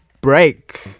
break